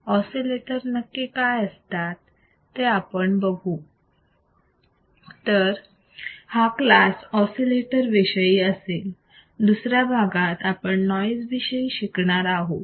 oscillator नक्की काय असतात ते आपण बघू तर हा क्लास ऑसिलेटर विषयी असेल दुसऱ्या भागात आपण नॉइज विषयी शिकणार आहोत